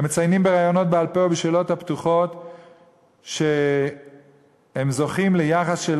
הם מציינים בראיונות בעל-פה ובשאלות הפתוחות שהם זוכים ליחס של